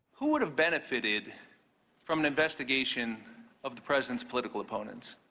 who would have benefited from an investigation of the president's political opponents?